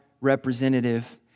representative